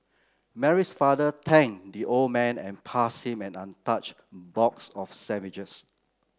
Mary's father thanked the old man and passed him an untouched box of sandwiches